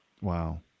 Wow